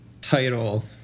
title